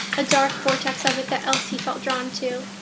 a dark vortex of it that elsie felt drawn to.